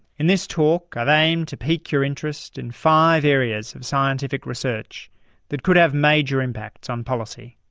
in this talk i've aimed to pique your interest in five areas of scientific research that could have major impacts on policy.